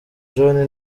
john